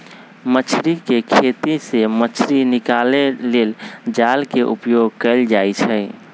मछरी कें खेति से मछ्री निकाले लेल जाल के उपयोग कएल जाइ छै